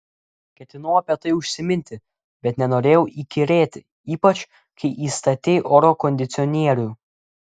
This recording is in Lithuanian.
ketinau apie tai užsiminti bet nenorėjau įkyrėti ypač kai įstatei oro kondicionierių